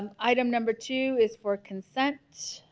um item number two is for consent